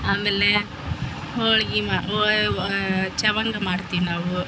ಆಮೇಲೆ ಹೊಳ್ಗಿ ಮಾ ಚವಂದ್ ಮಾಡ್ತೀವಿ ನಾವು